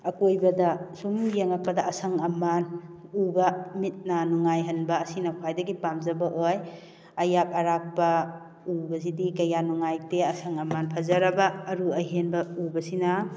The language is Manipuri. ꯑꯀꯣꯏꯕꯗ ꯁꯨꯝ ꯌꯦꯡꯉꯛꯄꯗ ꯑꯁꯪ ꯑꯃꯥꯟ ꯎꯕ ꯃꯤꯠ ꯅꯥ ꯅꯨꯡꯉꯥꯏꯍꯟꯕ ꯑꯁꯤꯅ ꯈ꯭ꯋꯥꯏꯗꯒꯤ ꯄꯥꯝꯖꯕ ꯑꯣꯏ ꯑꯌꯥꯛ ꯑꯔꯥꯛꯄ ꯎꯕꯁꯤꯗꯤ ꯀꯌꯥ ꯅꯨꯡꯉꯥꯏꯇꯦ ꯑꯁꯪ ꯑꯃꯥꯟ ꯐꯖꯔꯒ ꯑꯔꯨ ꯑꯍꯦꯟꯕ ꯎꯕꯁꯤꯅ